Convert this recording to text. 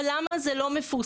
אבל, למה זה לא מפורסם?